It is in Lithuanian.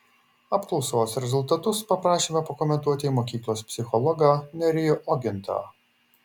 apklausos rezultatus paprašėme pakomentuoti mokyklos psichologą nerijų ogintą